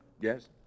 yes